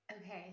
Okay